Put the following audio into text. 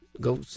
go